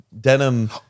denim